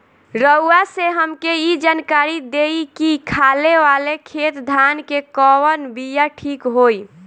रउआ से हमके ई जानकारी देई की खाले वाले खेत धान के कवन बीया ठीक होई?